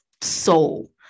soul